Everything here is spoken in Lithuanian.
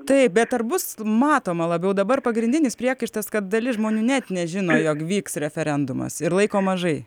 taip bet ar bus matoma labiau dabar pagrindinis priekaištas kad dalis žmonių net nežino jog vyks referendumas ir laiko mažai